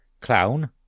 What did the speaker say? clown